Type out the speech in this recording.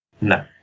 no